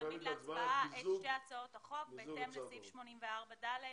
אדוני מעמיד להצבעה את שתי הצעות החוק בהתאם לסעיף 84(ד)